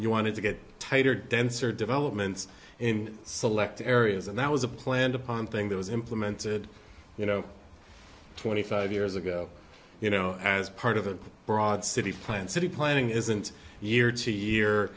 you wanted to get tighter denser developments in selected areas and that was a planned upon thing that was implemented you know twenty five years ago you know as part of a broad city plan city planning isn't year to year